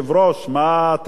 את התמלוגים,